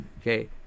Okay